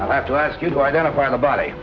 i have to ask you to identify the body